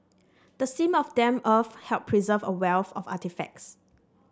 the seam of damp earth helped preserve a wealth of artefacts